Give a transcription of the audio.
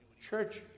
Church